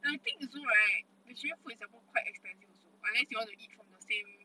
like I think also right the food is the more quite expensive also unless you want to eat from the same